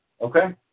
Okay